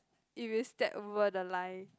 if you step over the line